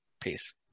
peace